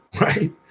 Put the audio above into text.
Right